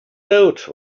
note